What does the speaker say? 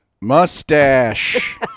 mustache